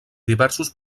diversos